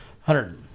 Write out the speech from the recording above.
hundred